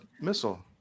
missile